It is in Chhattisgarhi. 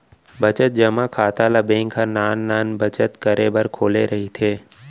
बचत जमा खाता ल बेंक ह नान नान बचत करे बर खोले रहिथे